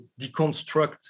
deconstruct